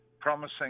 promising